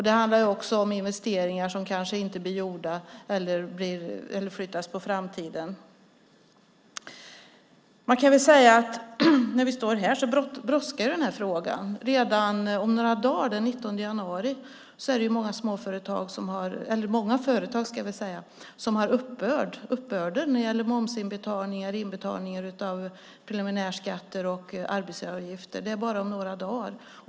Det handlar också om investeringar som kanske inte blir gjorda eller skjuts på framtiden. Det brådskar i den här frågan. Redan om några dagar, den 19 januari, är det många företag som har uppbörd. Uppbörden för momsinbetalningar och inbetalningar av preliminärskatter och arbetsgivaravgifter är om bara några dagar.